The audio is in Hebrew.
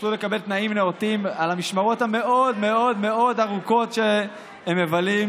שהם יוכלו לקבל תנאים נאותים במשמרות המאוד מאוד מאוד ארוכות שהם מבלים,